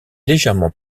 légèrement